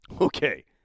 Okay